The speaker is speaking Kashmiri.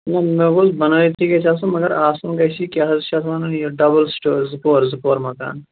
مےٚ گوژھ بنٲوتھٕے گَژھِ آسُں مگر آسُن گَژھِ یہِ کیاہ حظ چھِ اَتھ وَنان یہِ ڈَبُل سِٹوری زٕ پوہر زٕ پوہر مکان